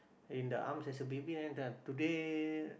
in the arms as a baby then done today